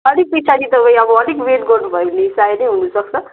अलिक पछाडि तपाईँ अब अलिक वेट गर्नुभयो भने सायदै हुनसक्छ